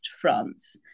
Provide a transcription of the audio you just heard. France